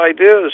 ideas